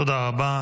תודה רבה.